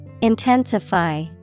Intensify